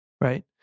right